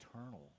eternal